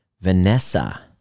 Vanessa